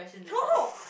throw